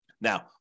Now